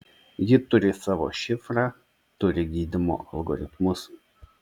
ji turi savo šifrą turi gydymo algoritmus